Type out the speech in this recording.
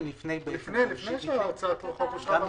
לפני שהצעת החוק אושרה במליאה.